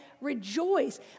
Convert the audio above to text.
rejoice